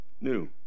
new